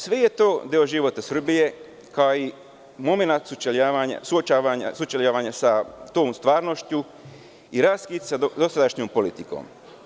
Sve je to deo života Srbije, kao i momenat sučeljavanja sa tom stvarnošću i raskid sa dosadašnjom politikom.